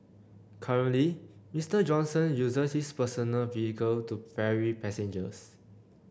currently Mister Johnson uses his personal vehicle to ferry passengers